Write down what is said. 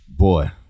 Boy